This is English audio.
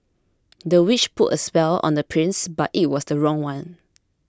the witch put a spell on the prince but it was the wrong one